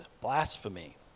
blasphemy